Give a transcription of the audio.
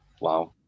Wow